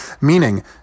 Meaning